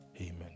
Amen